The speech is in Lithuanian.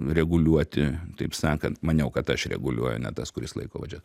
reguliuoti taip sakant maniau kad aš reguliuoju ne tas kuris laiko vadžias